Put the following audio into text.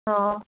অঁ